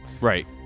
Right